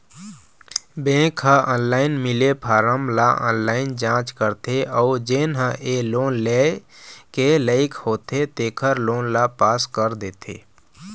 bank ह online मिले form ल ऑनलाईन जाँच करथे अउ जेन ह ए लोन लेय के लइक होथे तेखर लोन ल पास कर देथे